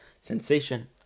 sensation